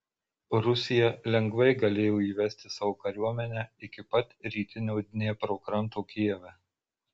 rusija lengvai galėjo įvesti savo kariuomenę iki pat rytinio dniepro kranto kijeve